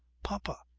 papa!